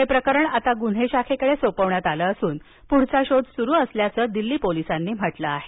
हे प्रकरण गुन्हे शाखेकडे सोपविण्यात आलं असून पुढील शोध सुरू असल्याचं दिल्ली पोलिसांनी म्हटलं आहे